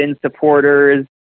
supporters